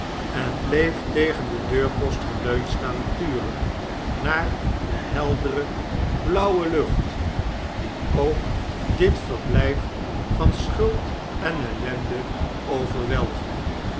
en bleef tegen den deurpost geleund staan turen naar de heldere blauwe lucht die k dit verblijf van schuld en ellende